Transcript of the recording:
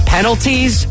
Penalties